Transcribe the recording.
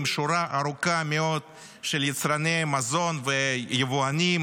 עם שורה ארוכה מאוד של יצרני מזון ויבואנים